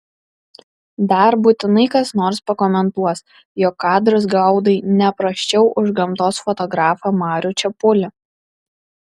dar būtinai kas nors pakomentuos jog kadrus gaudai ne prasčiau už gamtos fotografą marių čepulį